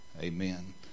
Amen